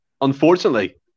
unfortunately